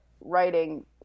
writing